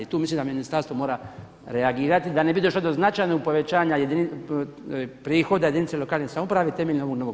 Tu mislim da ministarstvo mora reagirati da ne bi došlo do značajnog povećanja prihoda jedinice lokalne samouprave temeljem ovog novog